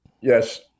Yes